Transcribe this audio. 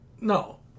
No